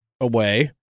away